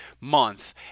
month